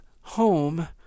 home